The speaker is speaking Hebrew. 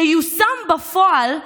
תיושם בפועל בכנסת.